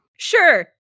Sure